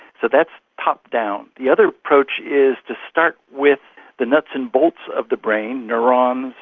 so that's top-down. the other approach is to start with the nuts and bolts of the brain neurons,